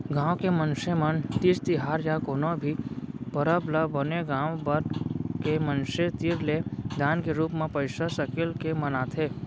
गाँव के मनसे मन तीज तिहार या कोनो भी परब ल बने गाँव भर के मनसे तीर ले दान के रूप म पइसा सकेल के मनाथे